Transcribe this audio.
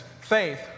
faith